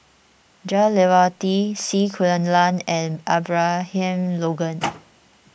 Jah Lelawati C Kunalan and Abraham Logan